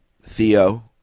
Theo